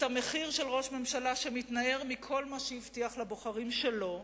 את המחיר של ראש הממשלה שמתנער מכל מה שהבטיח לבוחרים שלו,